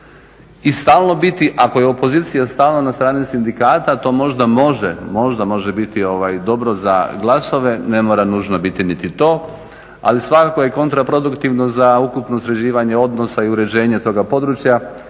i stalno biti, ako je opozicija stalno na strani sindikata to možda može, možda može biti dobro za glasove, ne mora nužno biti niti to. Ali svakako je kontra produktivno za ukupno sređivanje odnosa i uređenje toga područja